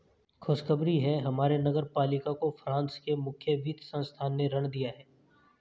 खुशखबरी है हमारे नगर पालिका को फ्रांस के मुख्य वित्त संस्थान ने ऋण दिया है